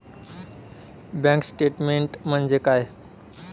Bank statement म्हणजे काय?